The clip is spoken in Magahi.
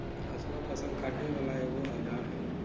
हसुआ फ़सल काटे बला एगो औजार हई